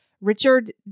Richard